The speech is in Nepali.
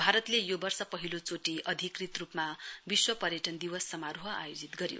भारतले यो वर्ष पहिलो चोटि अधिकृत रुपमा विश्व पर्यटन दिवस समारोह आयोजित गर्यो